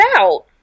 out